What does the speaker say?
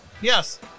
Yes